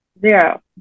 Zero